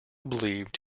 believed